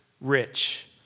rich